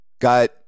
got